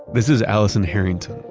this is alison harrington.